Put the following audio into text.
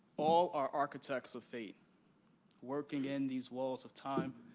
all are architects of fate working in these walls of time,